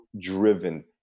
driven